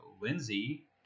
Lindsay